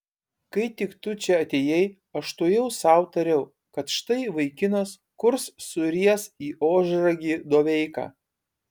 kai tik tu čia atėjai aš tuojau sau tariau kad štai vaikinas kurs suries į ožragį doveiką